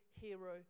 hero